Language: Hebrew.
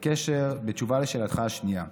בתשובה על שאלתך השנייה,